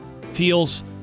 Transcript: feels